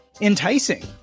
enticing